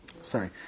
Sorry